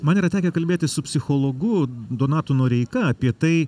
man yra tekę kalbėtis su psichologu donatu noreika apie tai